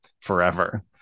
forever